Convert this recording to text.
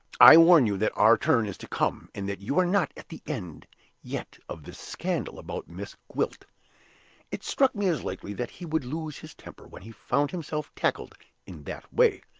i warn you that our turn is to come, and that you are not at the end yet of this scandal about miss gwilt it struck me as likely that he would lose his temper when he found himself tackled in that way,